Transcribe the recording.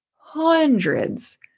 hundreds